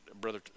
Brother